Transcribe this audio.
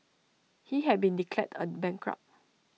he had been declared A bankrupt